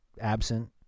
absent